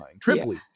triply